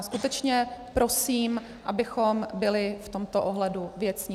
Skutečně prosím, abychom byli v tomto ohledu věcní.